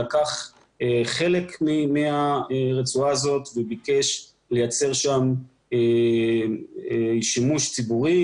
לקח חלק מהרצועה הזאת וביקש לייצר שם שימוש ציבורי